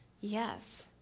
Yes